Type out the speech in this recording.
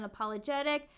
unapologetic